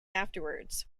afterwards